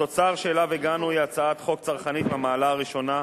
התוצר שאליו הגענו היא הצעת חוק צרכנית מהמעלה הראשונה,